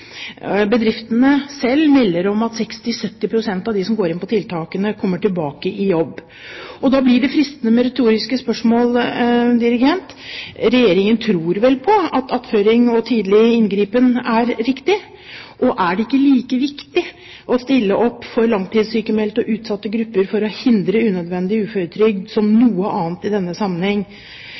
Bedriftene selv melder om at 60–70 pst. av dem som går inn på tiltakene, kommer tilbake i jobb. Da blir det fristende med retoriske spørsmål: Regjeringen tror vel på at attføring og tidlig inngripen er riktig? Og er det ikke like viktig å stille opp for langtidssykmeldte og utsatte grupper for å hindre unødvendig uføretrygd som noe annet i denne sammenheng?